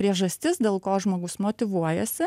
priežastis dėl ko žmogus motyvuojasi